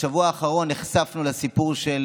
בשבוע האחרון נחשפנו לסיפור של